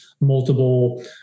multiple